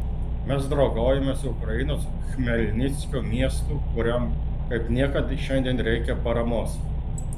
mes draugaujame su ukrainos chmelnickio miestu kuriam kaip niekad šiandien reikia paramos